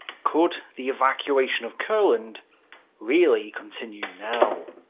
could the evacuation of courland really continue now?